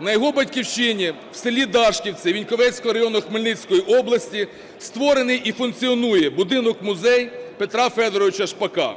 На його батьківщині, в селі Дашківці Віньковецького району Хмельницької області, створений і функціонує будинок-музей Петра Федоровича Шпака.